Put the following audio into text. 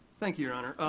thank you, your honor.